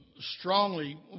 Strongly